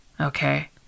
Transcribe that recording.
Okay